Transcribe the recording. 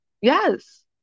Yes